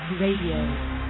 Radio